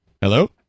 Hello